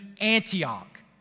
Antioch